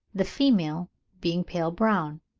the female being pale brown.